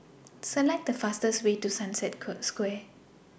Select The fastest Way to Sunset Square